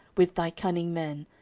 with thy cunning men,